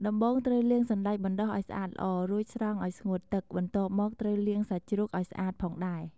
ដំបូងត្រូវលាងសណ្ដែកបណ្ដុះឱ្យស្អាតល្អ រួចស្រង់ឱ្យស្ងួតទឹក បន្ទាប់មកត្រូវលាងសាច់ជ្រូកឱ្យស្អាតផងដែរ។